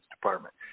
department